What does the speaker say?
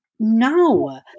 No